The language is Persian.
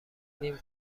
نیم